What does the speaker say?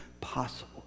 possible